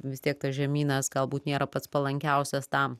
vis tiek tas žemynas galbūt nėra pats palankiausias tam